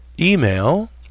email